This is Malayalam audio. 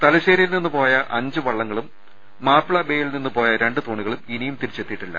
തലശ്ശേരിയിൽ നിന്ന് പോയ അഞ്ച് വള്ളങ്ങളും മാപ്പിള ബേയിൽ നിന്ന് പോയ രണ്ട് തോണികളും ഇനിയും തിരി ച്ചെത്തിയിട്ടില്ല